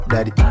Daddy